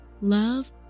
love